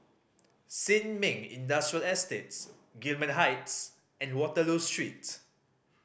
Sin Ming Industrial Estates Gillman Heights and Waterloo Street